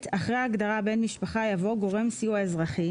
(ב) אחרי הגדרה "בן משפחה" יבוא: ""גורם סיוע אזרחי"